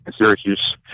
Syracuse